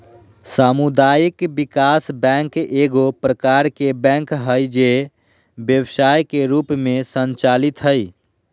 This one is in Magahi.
सामुदायिक विकास बैंक एगो प्रकार के बैंक हइ जे व्यवसाय के रूप में संचालित हइ